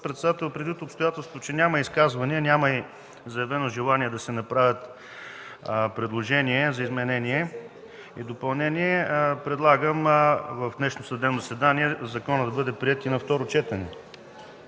председател, предвид обстоятелството, че няма изказвания, няма и заявено желание да се направят предложения за изменение и допълнение, предлагам в днешното пленарно заседание законът да бъде приет и на второ четене.